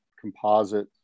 composite